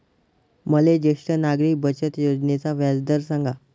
मले ज्येष्ठ नागरिक बचत योजनेचा व्याजदर सांगा